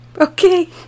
Okay